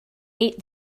ate